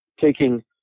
taking